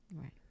Right